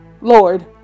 Lord